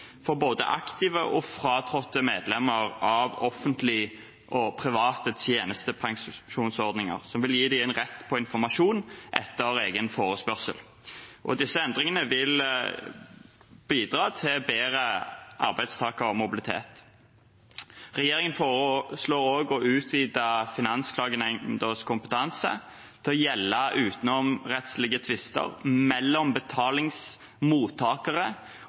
for både aktive og fratrådte medlemmer av offentlige og private tjenestepensjonsordninger og gi dem en rett på informasjon etter egen forespørsel. Disse endringene vil bidra til bedre arbeidstakermobilitet. Regjeringen foreslår også å utvide Finansklagenemndas kompetanse til å gjelde utenomrettslige tvister mellom betalingsmottakere